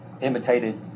imitated